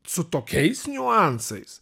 su tokiais niuansais